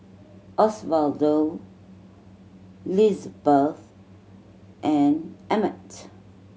Osvaldo Lizbeth and Emmett